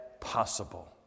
possible